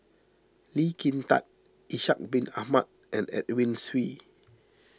Lee Kin Tat Ishak Bin Ahmad and Edwin Siew